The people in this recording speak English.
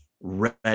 red